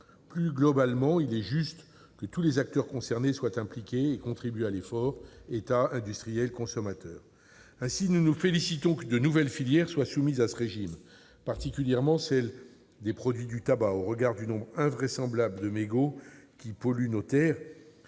Plus globalement, il est juste que tous les acteurs concernés soient impliqués et contribuent à l'effort : État, industriels, consommateurs ... Ainsi, nous nous félicitons que de nouvelles filières soient soumises à ce régime, particulièrement celles des produits du tabac, au regard du nombre invraisemblable de mégots qui polluent nos terres